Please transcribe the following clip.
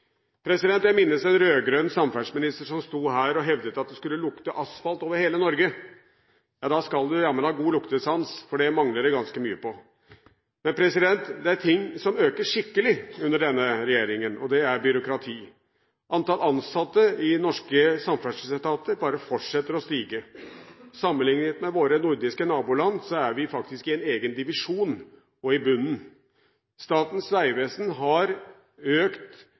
Jeg minnes en rød-grønn samferdselsminister som sto her og hevdet at det skulle lukte asfalt over hele Norge. Ja, da skal du jammen ha god luktesans, for det mangler det ganske mye på. Det er én ting som øker skikkelig under denne regjeringen, og det er byråkrati. Antall ansatte i norske samferdselsetater bare fortsetter å stige, og sammenlignet med våre nordiske naboland er vi faktisk i en egen divisjon – i bunnen. Statens vegvesen har økt